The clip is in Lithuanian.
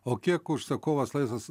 o kiek užsakovas laisvas